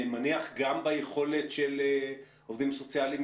אני מניח גם ביכולת של עובדים סוציאליים,